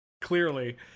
Clearly